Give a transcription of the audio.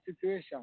situation